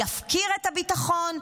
יפקיר את הביטחון?